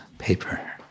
paper